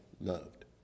loved